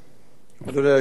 אדוני היושב-ראש,